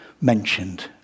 mentioned